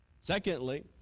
Secondly